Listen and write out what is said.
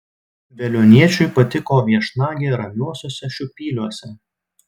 veliuoniečiui patiko viešnagė ramiuosiuose šiupyliuose